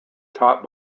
taught